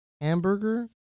Hamburger